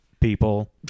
people